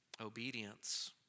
obedience